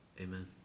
Amen